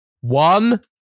One